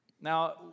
Now